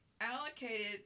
allocated